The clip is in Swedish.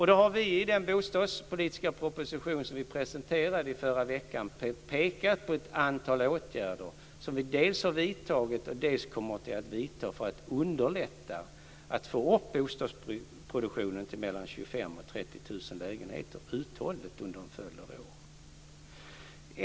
Därför har vi i den bostadspolitiska proposition som vi presenterade i förra veckan pekat på ett antal åtgärder som vi dels har vidtagit, dels kommer att vidta för att underlätta för att kunna få upp bostadsproduktionen till mellan 25 000 och 30 000 lägenheter uthålligt under en följd av år.